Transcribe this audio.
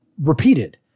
repeated